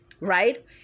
right